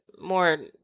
more